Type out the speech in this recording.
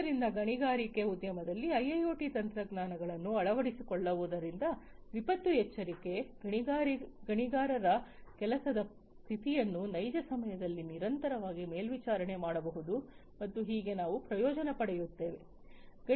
ಆದ್ದರಿಂದ ಗಣಿಗಾರಿಕೆ ಉದ್ಯಮದಲ್ಲಿ ಐಐಒಟಿ ತಂತ್ರಜ್ಞಾನಗಳನ್ನು ಅಳವಡಿಸಿಕೊಳ್ಳುವುದರಿಂದ ವಿಪತ್ತು ಎಚ್ಚರಿಕೆ ಗಣಿಗಾರರ ಕೆಲಸದ ಸ್ಥಿತಿಯನ್ನು ನೈಜ ಸಮಯದಲ್ಲಿ ನಿರಂತರವಾಗಿ ಮೇಲ್ವಿಚಾರಣೆ ಮಾಡಬಹುದು ಮತ್ತು ಹೀಗೆ ನಾವು ಪ್ರಯೋಜನ ಪಡೆಯುತ್ತೇವೆ